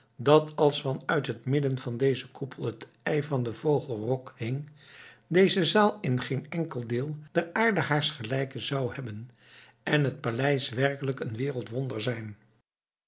dat als van uit het midden van dezen koepel het ei van den vogel rock hing deze zaal in geen enkel deel der aarde haars gelijke zou hebben en het paleis werkelijk een wereldwonder zijn